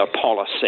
policy